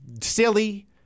silly